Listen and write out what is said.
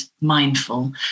mindful